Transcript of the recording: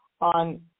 on